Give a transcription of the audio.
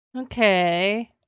Okay